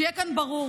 שיהיה כאן ברור,